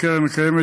הקרן הקיימת,